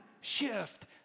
shift